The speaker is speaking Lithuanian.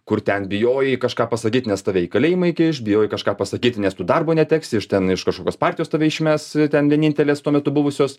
kur ten bijojai kažką pasakyt nes tave į kalėjimą įkiš bijojai kažką pasakyti nes tu darbo neteksi iš ten iš kažkokios partijos tave išmes ten vienintelės tuo metu buvusios